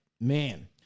man